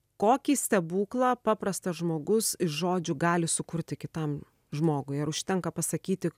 kokį stebuklą paprastas žmogus iš žodžių gali sukurti kitam žmogui ar užtenka pasakyti